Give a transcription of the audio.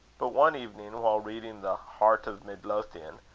but one evening, while reading the heart of midlothian,